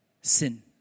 sin